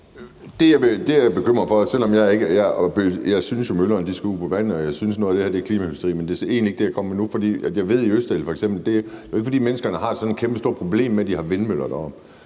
Edberg Andersen (NB): Jeg synes jo, møllerne skal ud på vandet, og jeg synes, at noget af det her er klimaindustri, men det er egentlig ikke det, jeg kommer med nu. For jeg ved, at i f.eks. Østerild er det jo ikke, fordi menneskerne har sådan et kæmpestort problem med, at de har vindmøller deroppe.